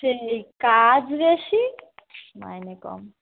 সেই কাজ বেশি মাইনে কম